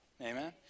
amen